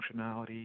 functionality